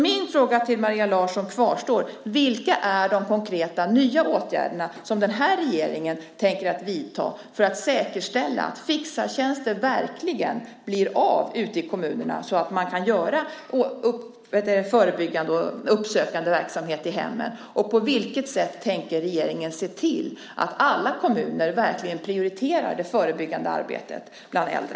Min fråga till Maria Larsson kvarstår: Vilka är de konkreta nya åtgärder som regeringen tänker vidta för att säkerställa att fixartjänster verkligen blir av ute i kommunerna, så att man verkligen kan genomföra förebyggande och uppsökande verksamhet i hemmen? På vilket sätt tänker regeringen se till att alla kommuner verkligen prioriterar det förebyggande arbetet bland äldre?